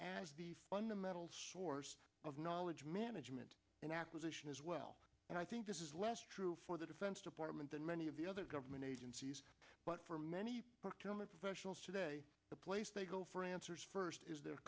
as fundamental source of knowledge management and acquisition as well and i think this is less true for the defense department than many of the other government agencies but for many professionals today the place they go for answers first is the